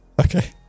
Okay